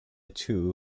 too